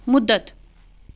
مُدَت